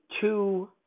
two